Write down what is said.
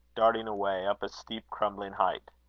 darting away, up a steep, crumbling height.